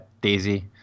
Daisy